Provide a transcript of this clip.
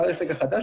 בעל עסק החדש,